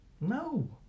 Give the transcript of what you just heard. No